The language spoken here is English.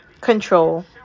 control